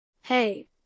Hey